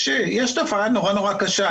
יש תופעה נורא נורא קשה,